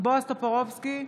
בועז טופורובסקי,